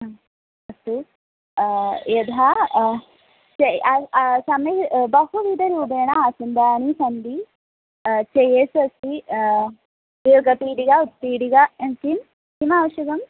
हा अस्तु यदा से सम्यक् बहुविधरूपेण आसन्दाः सन्ति चेयस् अस्ति योगपीडिता उत्पीठिका किं किमावश्यकम्